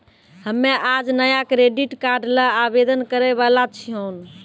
हम्मे आज नया क्रेडिट कार्ड ल आवेदन करै वाला छियौन